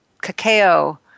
cacao